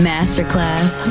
Masterclass